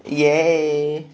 yea